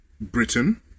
Britain